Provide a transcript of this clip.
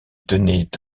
tenait